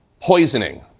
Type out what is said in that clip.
poisoning